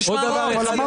הבעיה שלי היא לגבי הידני.